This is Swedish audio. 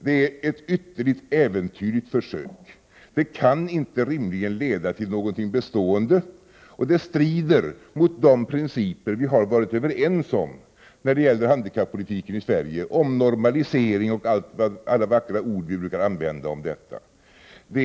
Detta är ett ytterligt äventyrligt försök. Det kan inte rimligen leda till någonting bestående. Det strider mot de principer som vi har varit överens om när det gäller handikappolitiken i Sverige — normalisering och alla vackra ord som vi brukar använda i det sammanhanget.